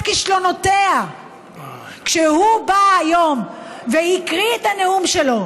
כישלונותיה כשהוא בא היום והקריא את הנאום שלו,